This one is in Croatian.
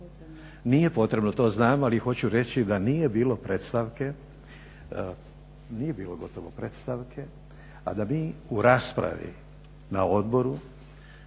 Nije potrebno to znamo, ali hoću reći da nije bilo predstavke, nije bilo gotovo predstavke a da mi u raspravi na odboru